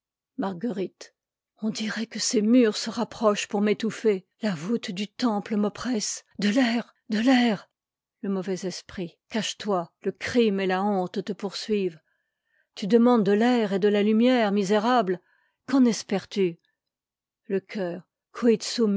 marguerite on dirait que ces murs se rapprochent pour m'étouffer la voûte du temple m'oppresse de t'air de l'air le mauvais esprit cache-toi le crime et la honte te poursuivent tu demandes de l'air et de la lumière misérable qu'en espères-tu quid sum